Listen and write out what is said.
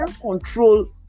control